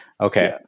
Okay